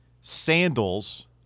sandals